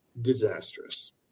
disastrous